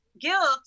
Guilt